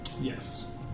Yes